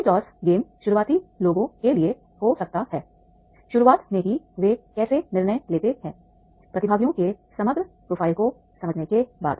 ring toss game शुरुआती लोगों के लिए हो सकता है शुरुआत में ही वे कैसे निर्णय लेते हैं प्रतिभागियों के समग्र प्रोफ़ाइल को समझने के बाद